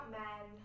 men